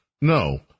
No